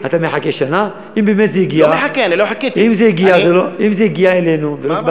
שנית, שתי נקודות שאני רוצה להעלות.